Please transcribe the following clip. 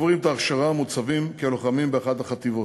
עוברים את ההכשרה ומוצבים כלוחמים באחת החטיבות.